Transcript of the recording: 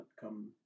come